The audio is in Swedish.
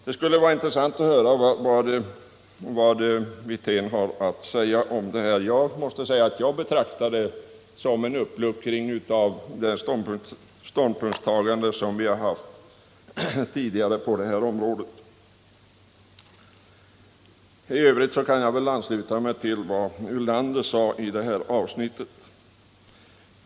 Det skulle vara intressant att höra vad Rolf Wirtén har att säga om detta. Jag betraktar det som en uppluckring av vårt tidigare ståndpunktstagande. I övrigt kan jag väl ansluta mig till vad Lars Ulander sade i det här avsnittet.